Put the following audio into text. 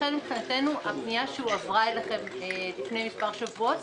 הפנייה שהועברה אליכם לפני כמה שבועות